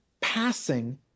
passing